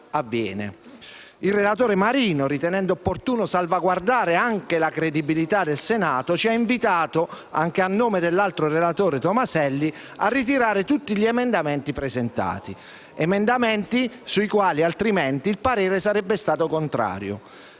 senatore Luigi Marino, ritenendo opportuno salvaguardare la credibilità del Senato, ci ha invitato, anche a nome dell'altro relatore, senatore Tomaselli, a ritirare tutti gli emendamenti presentati. Emendamenti sui quali, altrimenti, il parere sarebbe stato contrario.